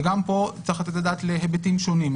וגם פה צריך לתת את הדעת להיבטים שונים.